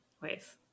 ways